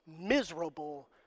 miserable